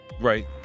Right